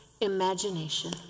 imagination